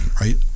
right